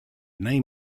name